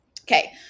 Okay